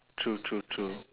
true true true